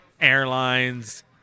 airlines